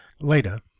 Later